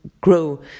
grow